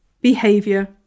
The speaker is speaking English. behavior